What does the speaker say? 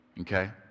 okay